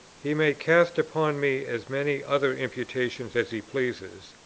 he may cast upon me as many other imputations as he pleases,